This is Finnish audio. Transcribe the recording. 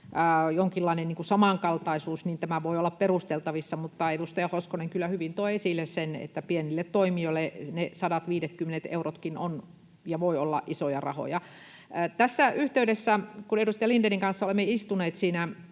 jonkinlainen samankaltaisuus, niin tämä voi olla perusteltavissa, mutta edustaja Hoskonen kyllä toi hyvin esille sen, että pienille toimijoille ne sadatviidetkymmenet eurotkin ovat ja voivat olla isoja rahoja. Olemme edustaja Lindénin kanssa istuneet